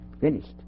Finished